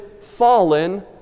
fallen